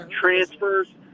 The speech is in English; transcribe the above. transfers